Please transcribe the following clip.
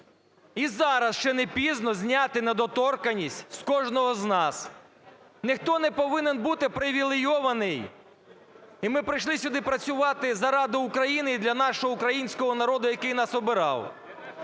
І зараз ще не пізно зняти недоторканність з кожного з нас. Ніхто не повинен бути привілейований, і ми прийшли сюди працювати заради України і для нашого українського народу, який нас обирав.